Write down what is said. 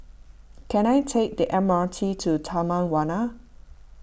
can I take the M R T to Taman Warna